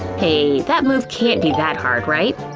hey, that move can't be that hard, right?